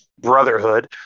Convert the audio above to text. Brotherhood